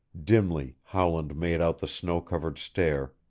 dimly howland made out the snow-covered stair,